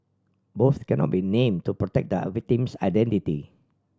both cannot be name to protect the victim's identity